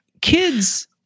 kids